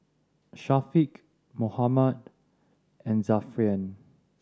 Syafiq Muhammad and Zafran